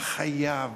אתה חייב,